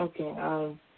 Okay